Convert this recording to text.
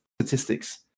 statistics